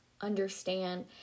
understand